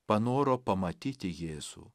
panoro pamatyti jėzų